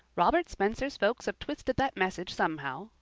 richard spencer's folks have twisted that message somehow.